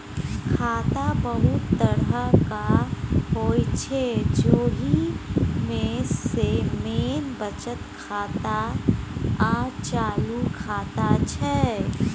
खाता बहुत तरहक होइ छै जाहि मे सँ मेन बचत खाता आ चालू खाता छै